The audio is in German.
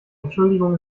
entschuldigung